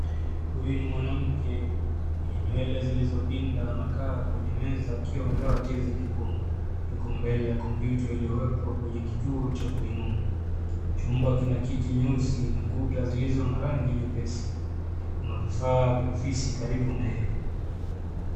Huyu ni mwanamke, mwenye nywele zilizopinda anakaa kwenye meza akiwa wamevaa jezi nyekundu. Yuko mbele ya kompyuta iliyowekwa kwenye kituo cha kuinua. Chumba kina kiti nyeusi na ukuta zilizo na rangi nyepesi. Kuna vifaa vya ofisi karibu na yeye.